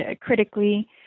critically